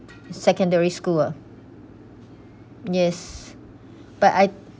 secondary school ah yes but I